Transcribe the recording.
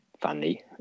funny